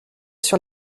sur